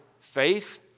faith